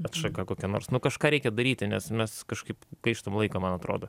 atšaka kokia nors nu kažką reikia daryti nes mes kažkaip gaištam laiką man atrodo